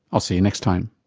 i'll see you next time